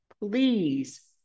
please